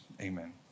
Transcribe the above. Amen